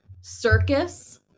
circus